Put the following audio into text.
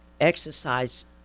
exercise